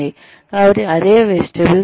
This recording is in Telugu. కాబట్టి అదే వెస్టిబ్యూల్ శిక్షణ